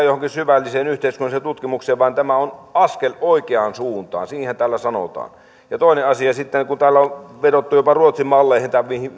johonkin syvälliseen yhteiskunnalliseen tutkimukseen vaan tämä on askel oikeaan suuntaan täällä sanotaan toinen asia sitten kun täällä on vedottu jopa ruotsin malleihin tai